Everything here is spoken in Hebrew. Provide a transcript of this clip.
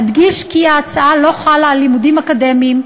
אדגיש כי ההצעה לא חלה על לימודים אקדמיים,